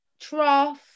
trough